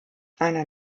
einer